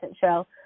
show